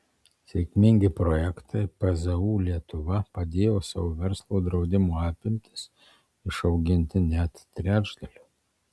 sėkmingi projektai pzu lietuva padėjo savo verslo draudimo apimtis išauginti net trečdaliu